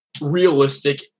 realistic